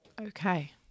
Okay